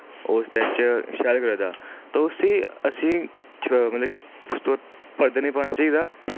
ओह् उसदे च शैल करै दा ते उस्सी असें ई छ मतलब कि उसदे पर पर्दा नि पाने चाहिदा